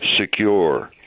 secure